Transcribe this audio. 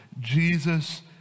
Jesus